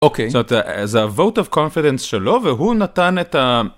אוקיי. זאת אומרת, זה הvote of confidence שלו והוא נתן את ה...